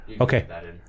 Okay